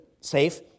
safe